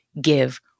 give